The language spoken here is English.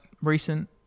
recent